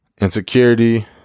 Insecurity